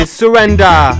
surrender